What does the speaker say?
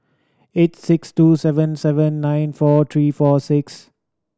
eight six two seven seven nine four three four six